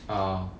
ah